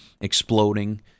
exploding